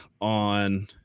on